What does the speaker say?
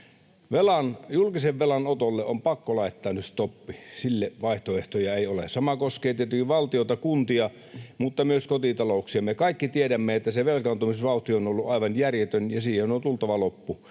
Julkisen velan otolle on pakko laittaa nyt stoppi, sille ei ole vaihtoehtoja. Sama koskee tietty valtiota ja kuntia mutta myös kotitalouksiamme. Kaikki tiedämme, että se velkaantumisvauhti on ollut aivan järjetön, ja sille on tultava loppu,